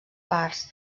parts